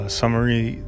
summary